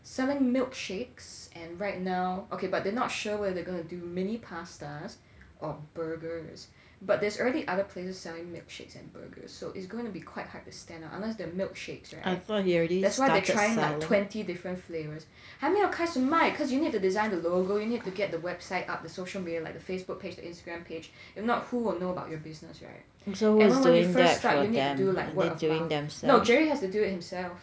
selling milkshakes and right now okay but they're not sure where they're gonna do mini pastas or burgers but there's already other places selling milkshakes and burgers so it's going to be quite hard to stand out unless their milkshakes right that's why they're like trying twenty different flavours 还没有开始卖 cause you need to design the logo you need to get the website up the social media like the Facebook page the Instagram page if not who will know about your business right and then when you first start you need to do like word of mouth no jerry has to do it himself